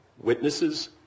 witnesses